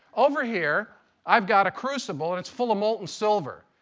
over here i've got a crucible and it's full of molten silver.